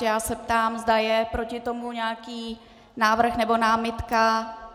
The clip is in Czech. Já se ptám, zda je proti tomu nějaký návrh nebo námitka.